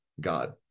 God